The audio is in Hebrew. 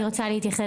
(דוברת באמצעות שפת הסימנים להלן תרגום הדברים) אני רוצה להתייחס